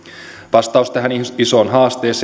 vastaus tähän isoon haasteeseen